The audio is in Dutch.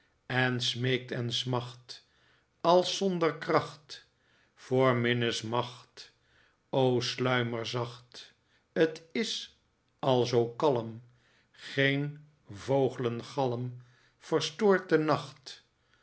en smeekt en smacht als zonder kracht voor minnes macht o sluimer zacht t is al zoo kalm geen vooglengalm verstoort de nacht